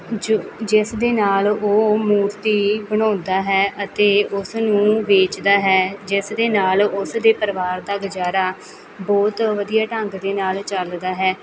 ਜੋ ਜਿਸ ਦੇ ਨਾਲ ਉਹ ਮੂਰਤੀ ਬਣਾਉਂਦਾ ਹੈ ਅਤੇ ਉਸ ਨੂੰ ਵੇਚਦਾ ਹੈ ਜਿਸ ਦੇ ਨਾਲ ਉਸ ਦੇ ਪਰਿਵਾਰ ਦਾ ਗੁਜ਼ਾਰਾ ਬਹੁਤ ਵਧੀਆ ਢੰਗ ਦੇ ਨਾਲ ਚੱਲਦਾ ਹੈ